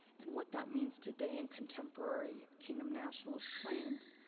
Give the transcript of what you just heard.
and what that means today in contemporary kingdom nationalist claims.